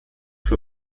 für